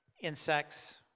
insects